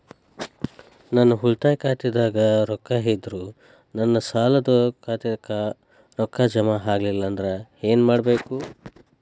ನನ್ನ ಉಳಿತಾಯ ಖಾತಾದಾಗ ರೊಕ್ಕ ಇದ್ದರೂ ನನ್ನ ಸಾಲದು ಖಾತೆಕ್ಕ ರೊಕ್ಕ ಜಮ ಆಗ್ಲಿಲ್ಲ ಅಂದ್ರ ಏನು ಮಾಡಬೇಕು?